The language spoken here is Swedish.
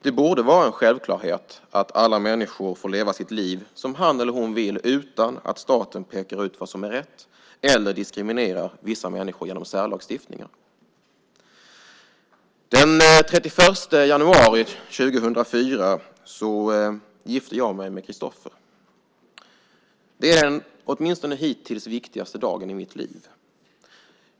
Det borde vara en självklarhet att varje människa får leva sitt liv som han eller hon vill utan att staten pekar ut vad som är rätt eller diskriminerar vissa människor genom särlagstiftning. Den 31 januari 2004 gifte jag mig med Christoffer. Det är den åtminstone hittills viktigaste dagen i mitt liv.